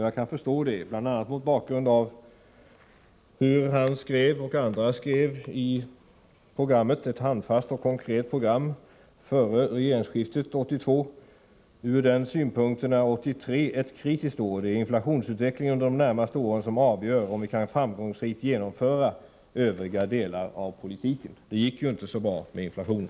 Jag kan förstå att han är det, bl.a. mot bakgrund av vad han och andra skrev i programmet, Ett handfast och konkret program, före regeringsskiftet 1982. Ur den synpunkten är 1983 ett kritiskt år. Det är inflationsutvecklingen under de närmaste åren som avgör om vi kan framgångsrikt genomföra övriga delar av politiken. Det gick ju inte så bra med inflationen.